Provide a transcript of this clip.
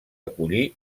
acollir